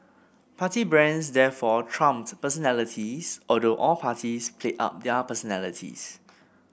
party brands therefore trumped personalities although all parties played up their personalities